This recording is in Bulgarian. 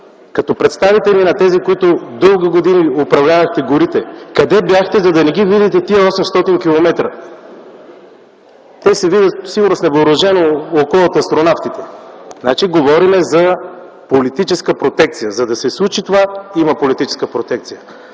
като представители на тези, които дълги години управлявахте горите: къде бяхте, за да не видите тези 800 км?! Сигурно те се виждат с невъоръжено око от астронавтите. Следователно говорим за политическа протекция. За да се случи това, има политическа протекция.